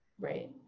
Right